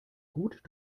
gut